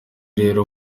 rero